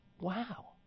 Wow